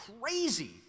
crazy